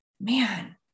man